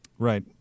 Right